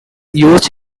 used